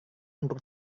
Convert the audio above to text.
untuk